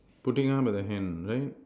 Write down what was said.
putting up the hand right